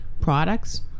products